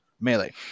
Melee